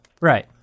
Right